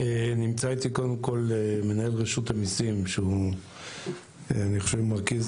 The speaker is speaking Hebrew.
נמצא איתי מנהל רשות המיסים שהוא אני חושב מרכיב